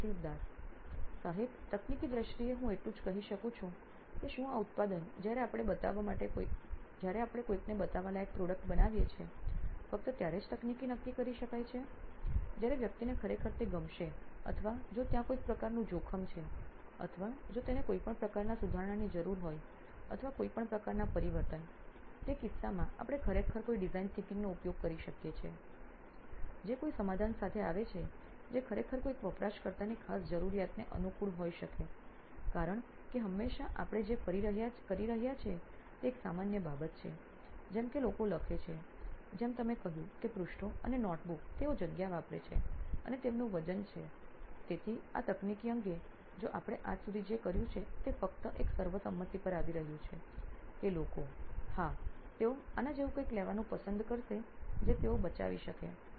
સુપ્રતિવ Das CTO નોઇન electronics સાહેબ તકનીકી દ્રષ્ટિએ હું એટલું જ કહી શકું છું કે શું આ ઉત્પાદન જ્યારે આપણે કોઈને બતાવવા લાયક પ્રોડક્ટ બનાવીએ છીએ ફક્ત ત્યારે જ તકનીકી નક્કી કરી શકાય છે જ્યારે વ્યક્તિને ખરેખર તે ગમશે અથવા જો ત્યાં કોઈ પ્રકારનું જોખમ છે અથવા જો તેને કોઈ પણ પ્રકારની સુધારણાની જરૂર હોય અથવા કોઈપણ પ્રકારનાં પરિવર્તન તે કિસ્સામાં આપણે ખરેખર કોઈ ડિઝાઇન વિચારસરણીનો ઉપયોગ કરી શકીએ છીએ જે કોઈ સમાધાન સાથે આવે છે જે ખરેખર કોઈક વપરાશકર્તાની ખાસ જરૂરિયાતને અનુકૂળ હોઈ શકે છે કારણ કે હમણાં આપણે જે કરી રહ્યા છીએ તે એક સામાન્ય બાબત છે જેમ કે લોકો લખે છે જેમ તમે કહ્યું કે પૃષ્ઠો અને નોટબુક તેઓ જગ્યા વાપરે છે અને તેમનું વજન છે તેથી આ તકનીકી અંગે જો આપણે આજ સુધી જે કર્યું છે તે ફક્ત એક સર્વસંમતિ પર આવી રહ્યું છે કે લોકો હા તેઓ આના જેવું કંઈક લેવાનું પસંદ કરશે જે તેઓ બચાવી શકે